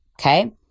okay